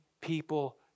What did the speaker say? people